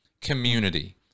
Community